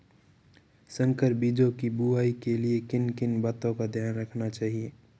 संकर बीजों की बुआई के लिए किन किन बातों का ध्यान रखना चाहिए?